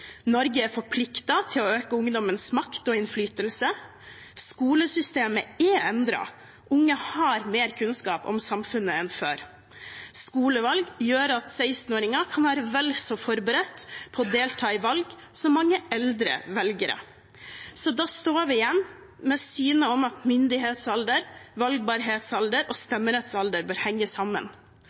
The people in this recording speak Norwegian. Norge er forpliktet til å øke ungdommens makt og innflytelse, skolesystemet er endret, unge har mer kunnskap om samfunnet enn før, skolevalg gjør at 16-åringer kan være vel så forberedt på å delta i valg som mange eldre velgere. Så da står vi igjen med synet om at myndighetsalder, valgbarhetsalder og stemmerettsalder bør henge sammen.